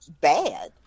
bad